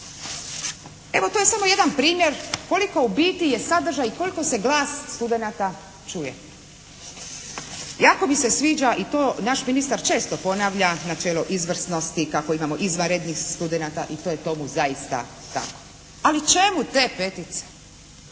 Evo to je samo jedan primjer koliko u biti je sadržaj i koliko se glas studenata čuje. Jako mi se sviđa i to naš ministar često ponavlja načelo izvrsnosti, kako imamo izvanrednih studenata i to je tomu zaista tako. Ali čemu te petice?